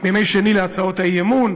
בימי שני על הצעות האי-אמון,